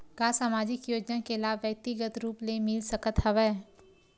का सामाजिक योजना के लाभ व्यक्तिगत रूप ले मिल सकत हवय?